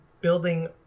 building